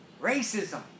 racism